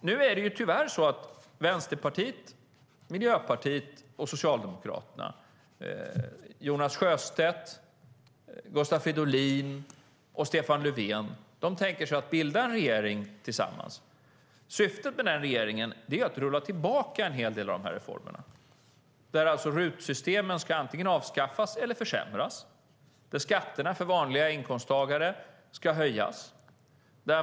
Nu är det ju tyvärr så att Vänsterpartiet, Miljöpartiet och Socialdemokraterna - Jonas Sjöstedt, Gustav Fridolin och Stefan Löfven - tänker sig att bilda regering tillsammans. Syftet med den regeringen är att rulla tillbaka en hel del av de här reformerna. RUT-systemet ska antingen avskaffas eller försämras. Skatterna för vanliga inkomsttagare ska höjas.